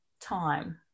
time